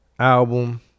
album